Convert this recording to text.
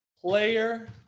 Player